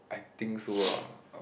I think so ah or